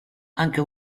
anche